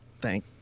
Thank